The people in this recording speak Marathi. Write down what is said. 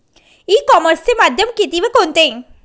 ई कॉमर्सचे माध्यम किती व कोणते?